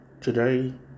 today